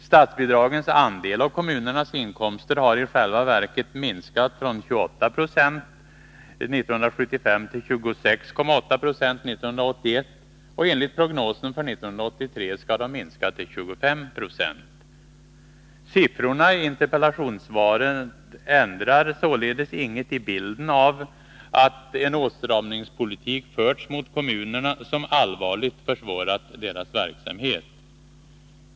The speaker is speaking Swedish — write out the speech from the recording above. Statsbidragens andel av kommunernas inkomster har i själva verket minskat från 28 90 1975 till 26,8 26 1981, och enligt prognosen för 1983 skall den minska till 2590: Siffrorna i interpellationssvaret ändrar således inget i bilden av att en åtstramningspolitik förts mot kommunerna som allvarligt försvårat deras verksamhet.